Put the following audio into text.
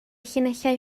llinellau